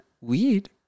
weed